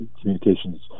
Communications